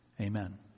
Amen